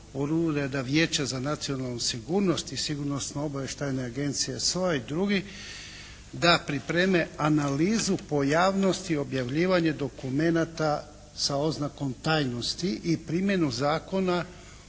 od Ureda Vijeća za nacionalnu sigurnost i sigurnosno-obavještajne agencije, SOA-e i drugih da pripreme analizu pojavnosti i objavljivanje dokumenata sa oznakom tajnosti i primjenu Zakona